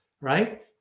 right